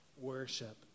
worship